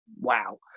wow